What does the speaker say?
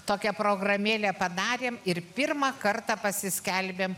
tokią programėlę padarėm ir pirmą kartą pasiskelbėm